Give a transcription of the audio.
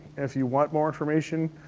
if you want more information,